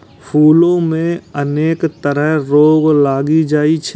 फूलो मे अनेक तरह रोग लागि जाइ छै